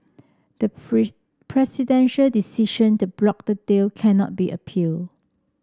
the presidential decision to block the deal cannot be appealed